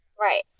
Right